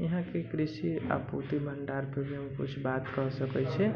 इहाँ के कृषि आपूर्ति भंडार मे भी हम कुछ बात कह सकै छी